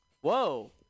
Whoa